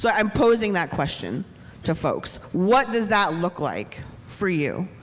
so i'm posing that question to folks. what does that look like for you?